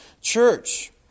church